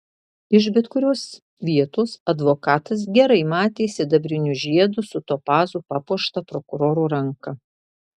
iš bet kurios vietos advokatas gerai matė sidabriniu žiedu su topazu papuoštą prokuroro ranką